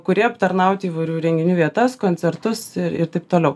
kuri aptarnauti įvairių renginių vietas koncertus ir ir taip toliau